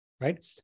right